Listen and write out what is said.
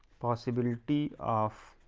possibility of